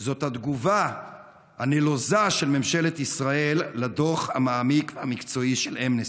זה התגובה הנלוזה של ממשלת ישראל על הדוח המעמיק והמקצועי של אמנסטי.